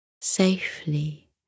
safely